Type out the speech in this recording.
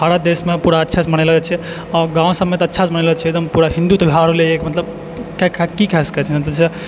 भारत देशमे पूरा अच्छासँ मनायल जाइ छै आओर गाँव सबमे तऽ अच्छासँ मनायल जाइ छै एकदम पूरा मतलब हिन्दू त्योहार भेलै एक मतलब की खास कए कऽ